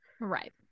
Right